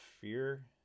fear